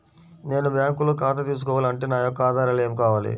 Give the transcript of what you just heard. నేను బ్యాంకులో ఖాతా తీసుకోవాలి అంటే నా యొక్క ఆధారాలు ఏమి కావాలి?